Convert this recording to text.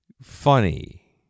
Funny